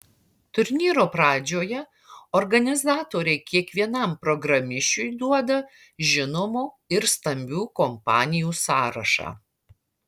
turnyro pradžioje organizatoriai kiekvienam programišiui duoda žinomų ir stambių kompanijų sąrašą